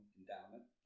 endowment